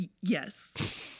yes